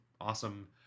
awesome